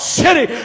city